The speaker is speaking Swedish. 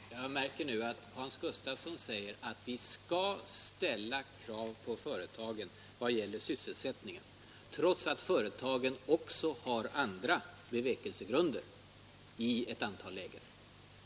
Herr talman! Jag märker nu att Hans Gustafsson säger att vi skall ställa krav på företagen i vad gäller sysselsättningen, trots att företagen också har andra bevekelsegrunder i ett antal lägen.